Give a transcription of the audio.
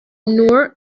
nur